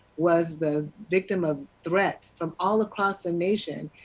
was the victim of threats from all across the nation,